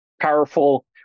powerful